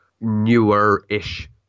newer-ish